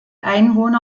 einwohner